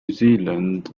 zealand